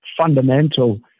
fundamental